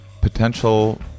potential